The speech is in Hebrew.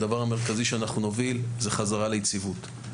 הדבר המרכזי שאנחנו נוביל זו חזרה ליציבות.